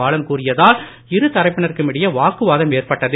பாலன் கூறியதால் இருதரப்பினருக்கும் இடையே வாக்குவாதம் ஏற்பட்டது